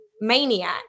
Maniac